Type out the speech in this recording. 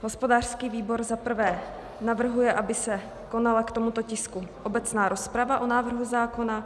Hospodářský výbor za prvé navrhuje, aby se konala k tomuto tisku obecná rozprava o návrhu zákona.